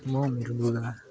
म मेरो लुगा